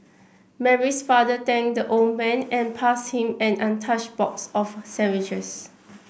Mary's father thanked the old man and passed him an untouched box of sandwiches